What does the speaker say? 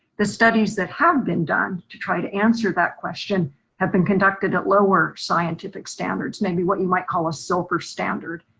the studies that have been done to try to answer that question have been conducted at lower scientific standards, maybe what you might call a silver standard.